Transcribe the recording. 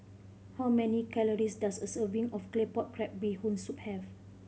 how many calories does a serving of Claypot Crab Bee Hoon Soup have